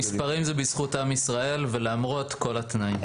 המספרים זה בזכות עם ישראל ולמרות כל התנאים.